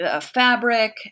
fabric